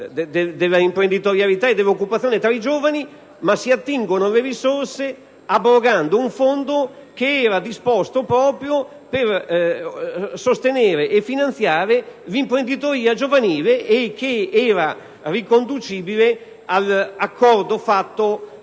dell'imprenditorialità e dell'occupazione tra i giovani, ma poi si attingono le risorse abrogando un fondo che era disposto proprio per sostenere e finanziare l'occupazione e l'imprenditoria giovanile, era riconducibile all'accordo fatto